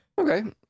okay